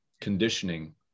conditioning